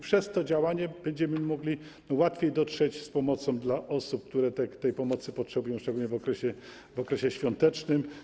Przez to działanie będziemy mogli łatwiej dotrzeć z pomocą do osób, które tej pomocy potrzebują, szczególnie w okresie świątecznym.